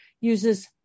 uses